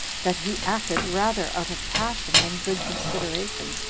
that he acted rather out of passion than good consideration,